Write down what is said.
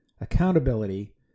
accountability